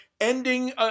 ending